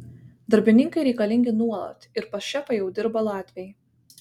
darbininkai reikalingi nuolat ir pas šefą jau dirba latviai